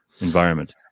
environment